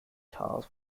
tiles